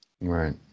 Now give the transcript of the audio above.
Right